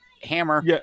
Hammer